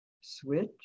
Switch